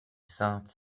sainte